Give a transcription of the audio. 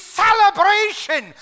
celebration